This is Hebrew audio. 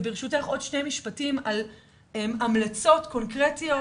ברשותך עוד שני משפטים על המלצות קונקרטיות,